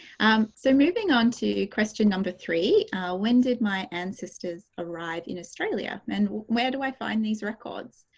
ann, so moving on to question number three when did my ancestors arrive in australia and where do i find these records?